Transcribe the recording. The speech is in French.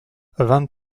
vingt